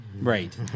Right